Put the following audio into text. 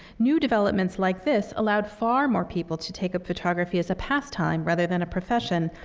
new developments like this allowed far more people to take up photography as a pastime rather than a profession,